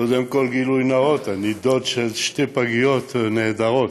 קודם כול גילוי נאות: אני דוד של שתי פגיות נהדרות,